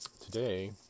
today